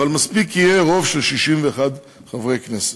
אבל מספיק יהיה רוב של 61 חברי כנסת.